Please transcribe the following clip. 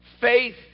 faith